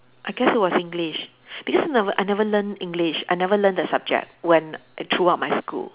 I guess it was English because never I never learn English I never learn the subject when throughout my school